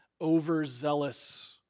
overzealous